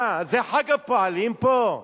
מה זה, חג הפועלים פה?